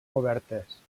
obertes